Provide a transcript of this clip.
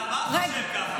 שלוחמים, הצבא חושב ככה.